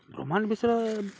ବ୍ରହ୍ମାଣ୍ଡ୍ ବିଷୟରେ